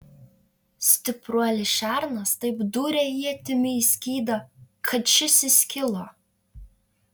stipruolis šernas taip dūrė ietimi į skydą kad šis įskilo